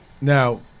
now